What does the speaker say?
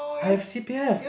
I have c_p_f